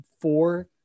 four